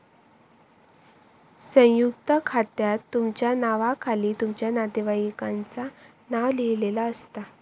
संयुक्त खात्यात तुमच्या नावाखाली तुमच्या नातेवाईकांचा नाव लिहिलेला असता